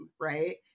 right